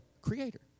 creator